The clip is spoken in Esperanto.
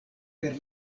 per